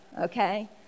okay